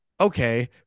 okay